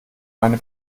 meine